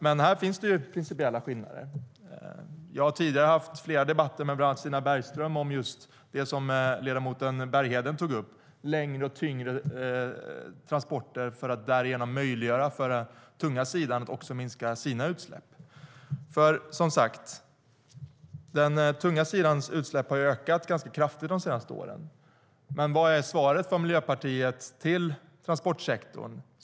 Men här finns principiella skillnader. Den tunga sidans utsläpp har som sagt ökat ganska kraftigt de senaste åren. Vad är Miljöpartiets svar till transportsektorn?